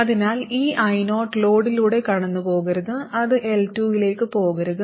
അതിനാൽ ഈ I0 ലോഡിലൂടെ കടന്നുപോകരുത് അത് L2 ലേക്ക് പോകരുത്